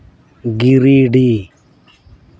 Giridih